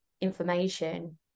information